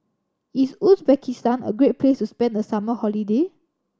is Uzbekistan a great place to spend the summer holiday